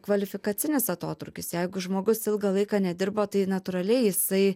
kvalifikacinis atotrūkis jeigu žmogus ilgą laiką nedirbo tai natūraliai jisai